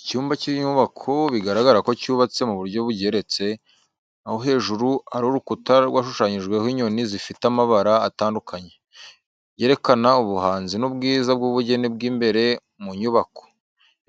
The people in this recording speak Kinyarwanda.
Igice cy'inyubako bigaragara ko yubatse mu buryo bugeretse, aho hejuru hari urukuta rwashushanyijweho inyoni zifite amabara atandukanye, byerekana ubuhanzi n’ubwiza bw'ubugeni bw’imbere mu nyubako.